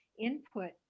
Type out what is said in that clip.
input